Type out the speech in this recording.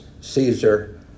Caesar